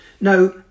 Now